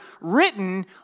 written